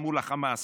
מול החמאס